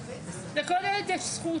לכל ילד יש זכות,